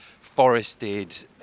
forested